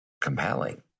compelling